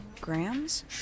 Grams